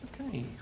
Okay